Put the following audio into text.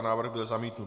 Návrh byl zamítnut.